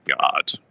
God